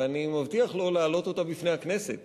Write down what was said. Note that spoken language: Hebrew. ואני מבטיח לו להעלות אותה בפני הכנסת